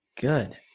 Good